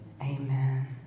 Amen